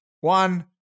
One